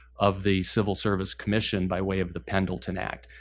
of the civil service commission by way of the pendleton act.